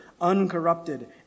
uncorrupted